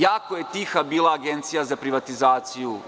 Jako je tiha bila Agencija za privatizaciju.